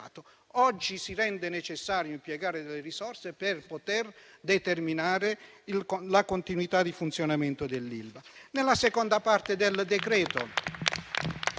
Oggi si rende necessario impiegare delle risorse per determinare la continuità di funzionamento dell'Ilva. La seconda parte del decreto-legge